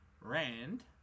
Rand